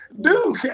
dude